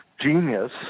genius